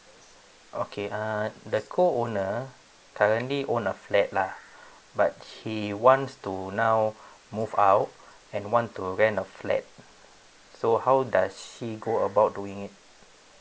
okay uh the co owner currently own a flat lah but she wants to now move out and want to rent a flat so how does she go about doing it